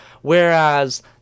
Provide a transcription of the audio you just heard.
whereas